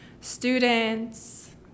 students